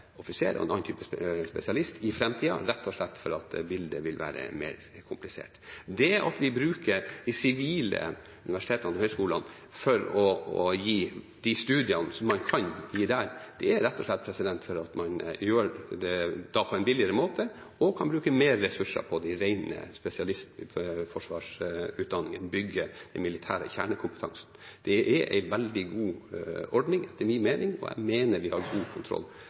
bruker de sivile universitetene og høyskolene for å gi de studiene man kan få, der, er rett og slett fordi man da gjør det på en billigere måte og kan bruke mer ressurser på de rene spesialistforsvarsutdanningene og bygge militær kjernekompetanse. Det er etter min mening en veldig god ordning, og jeg mener at vi har god kontroll